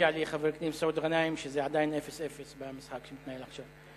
מודיע לי חבר הכנסת גנאים שזה עדיין 0:0 במשחק שמתנהל עכשיו.